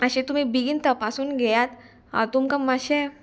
मातशें तुमी बेगीन तपासून घेयात तुमकां मातशें